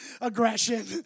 aggression